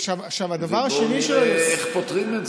ובוא נראה איך פותרים את זה.